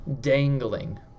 dangling